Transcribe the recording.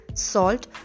salt